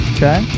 Okay